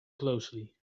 closely